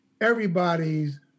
everybody's